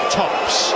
tops